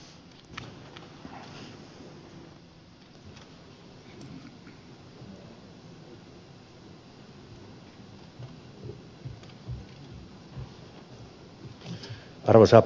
arvoisa puhemies